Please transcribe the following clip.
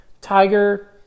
tiger